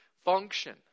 function